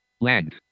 Land